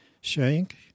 Shank